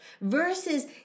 versus